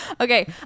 Okay